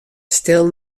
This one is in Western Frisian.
stil